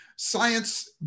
Science